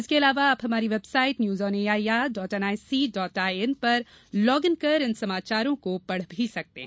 इसके अलावा आप हमारी website news on A I R dot N I C dot I N पर लॉग इन कर इन समाचारों को पढ़ भी सकते हैं